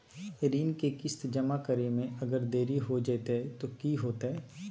ऋण के किस्त जमा करे में अगर देरी हो जैतै तो कि होतैय?